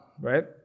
right